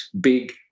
big